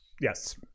Yes